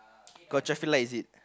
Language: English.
got traffic light is it